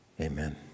Amen